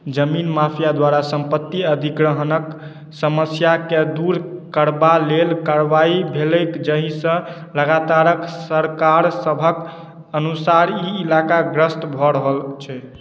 जमीन माफिआ द्वारा संपत्ति अधिग्रहणक समस्याकेँ दूर करबा लेल कारवाइ भेलैक जहिसँ लगातारक सरकार सभहक अनुसार ई ईलाका ग्रस्त भऽ रहल छै